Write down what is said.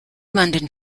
london